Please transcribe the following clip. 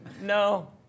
No